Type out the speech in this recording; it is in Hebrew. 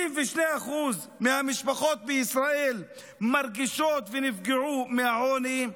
62% מהמשפחות בישראל מרגישות שנפגעו מהעוני.